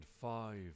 five